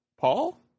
Paul